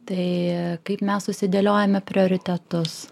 tai kaip mes susidėliojame prioritetus